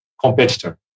competitor